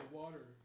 water